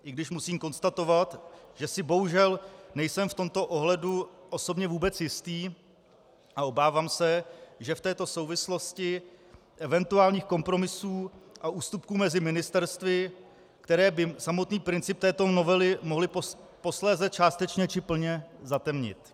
I když musím konstatovat, že si nejsem bohužel v tomto ohledu osobně vůbec jistý a obávám se, že v této souvislosti eventuálních kompromisů a ústupků mezi ministerstvy, které by samotný princip této novely mohly posléze částečně či plně zatemnit.